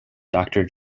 doctor